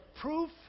proof